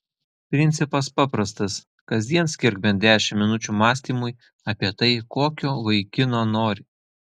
principas paprastas kasdien skirk bent dešimt minučių mąstymui apie tai kokio vaikino nori